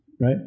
right